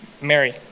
mary